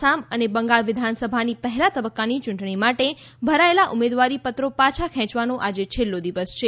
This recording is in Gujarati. આસામ અને બંગાળ વિધાનસભાનું પહેલા તબક્કાની ચૂંટણી માટે ભરાયેલા ઉમેદવારી પત્રો પાછા ખેંચવાનો આજે છેલ્લો દિવસ છે